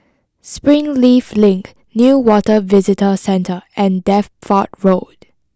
Springleaf Link Newater Visitor Centre and Deptford Road